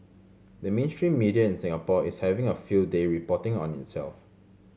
the mainstream media in Singapore is having a field day reporting on itself